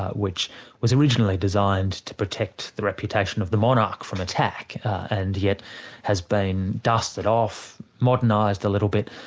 ah which was originally designed to protect the reputation of the monarch from attack, and yet has been dusted off, modernised a little bit,